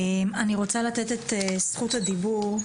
אני רוצה לתת את זכות הדיבור,